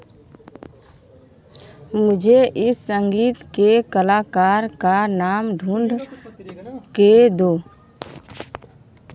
मुझे इस संगीत के कलाकार का नाम ढूँढ कर दो